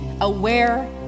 aware